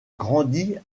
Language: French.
grandit